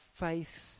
faith